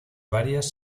varias